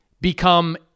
become